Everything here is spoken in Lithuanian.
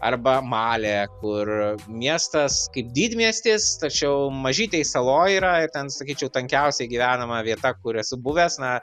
arba malė kur miestas kaip didmiestis tačiau mažytėj saloj yra ir ten sakyčiau tankiausiai gyvenama vieta kur esu buvęs na